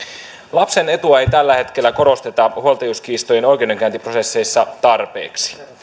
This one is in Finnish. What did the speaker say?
lapsen etua ei tällä hetkellä korosteta huoltajuuskiistojen oikeudenkäyntiprosesseissa tarpeeksi